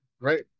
right